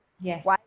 Yes